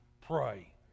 pray